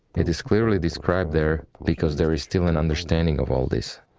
it is clearly described there because there is still an understanding of all this.